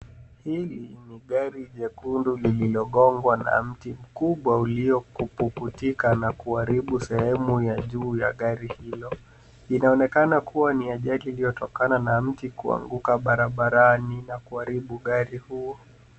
Hili ni gari jekundu lililogongwa na mti mkubwa ulio kupuputika na kuharibu sehemu ya juu ya gari hilo. Inaonekana kuwa ni ajili iliyotokana na mti kuanguka barabarani na kuharbu gari huo.